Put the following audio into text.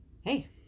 Hey